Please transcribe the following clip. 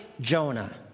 Jonah